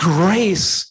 grace